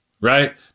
right